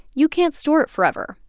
you can't store it forever.